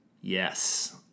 Yes